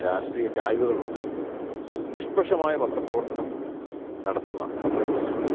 രാഷ്ട്രീയ ചായ്വുകളുണ്ട് നിഷ്പക്ഷമായ പത്രപ്രവർത്തനം നടത്തുന്ന പത്രങ്ങളും നമ്മുടെ